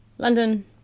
London